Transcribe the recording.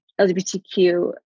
LGBTQ